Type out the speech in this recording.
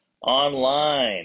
online